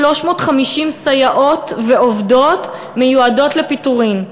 350 סייעות ועובדות מיועדות לפיטורין.